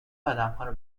آدمهارو